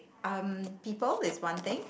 um people is one thing